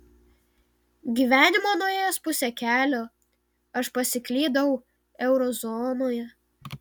gyvenimo nuėjęs pusę kelio aš pasiklydau eurozonoje